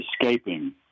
escaping